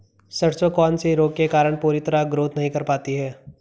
सरसों कौन से रोग के कारण पूरी तरह ग्रोथ नहीं कर पाती है?